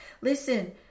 Listen